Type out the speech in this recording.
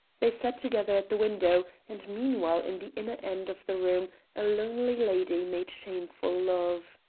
they sat together at the window, and meanwhile in the inner end of the room a lonely lady made shameful love.